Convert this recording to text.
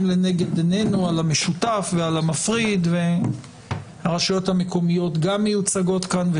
לנגד עינינו על המשותף ועל המפריד והרשויות המקומיות גם מיוצגות כאן,